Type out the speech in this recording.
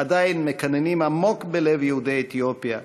עדיין מקננים עמוק בלב יהודי אתיופיה,